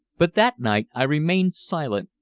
but that night i remained silent,